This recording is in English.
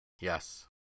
Yes